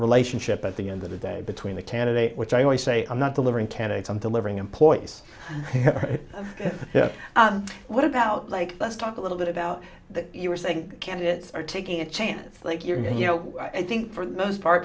relationship at the end of the day between the candidate which i always say i'm not delivering candidates i'm delivering employees what about like let's talk a little bit about that you were saying candidates are taking a chance like you're you know i think for the most part